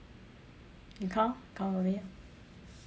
you count count for me ah